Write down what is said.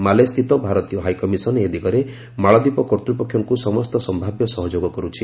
ମାଲେ ସ୍ଥିତ ଭାରତୀୟ ହାଇକମିଶନ୍ ଏ ଦିଗରେ ମାଳଦୀପ କର୍ତ୍ତୂପକ୍ଷଙ୍କୁ ସମସ୍ତ ସମ୍ଭାବ୍ୟ ସହଯୋଗ କରୁଛି